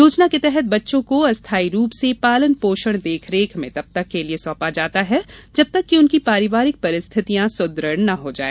योजना के तहत बच्चों को अस्थाई रूप से पालन पोषण देखरेख में तब तक के लिए सौंपा जाता है जब तक कि उनकी पारिवारिक परिस्थितियां सुद्रढ़ न हो जाए